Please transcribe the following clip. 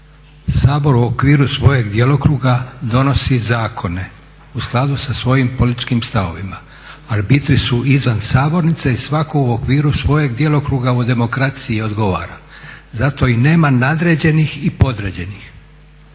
Sabor u okviru svojeg djelokruga donosi zakone u skladu sa svojim političkim stavovima. Arbitri su izvan sabornice i svako u okviru svojeg djelokruga o demokraciji odgovara. Zato i nema nadređenih i podređenih